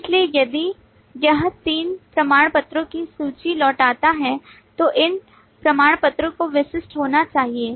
इसलिए यदि यह तीन प्रमाणपत्रों की सूची लौटाता है तो इन 3 प्रमाणपत्रों को विशिष्ट होना चाहिए